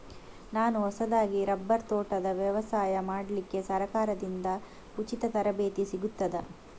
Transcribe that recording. ನಾನು ಹೊಸದಾಗಿ ರಬ್ಬರ್ ತೋಟದ ವ್ಯವಸಾಯ ಮಾಡಲಿಕ್ಕೆ ಸರಕಾರದಿಂದ ಉಚಿತ ತರಬೇತಿ ಸಿಗುತ್ತದಾ?